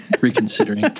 reconsidering